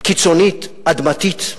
קיצונית, אדמתית,